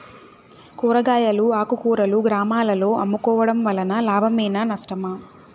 కూరగాయలు ఆకుకూరలు గ్రామాలలో అమ్ముకోవడం వలన లాభమేనా నష్టమా?